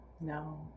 no